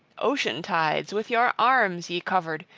ocean-tides with your arms ye covered,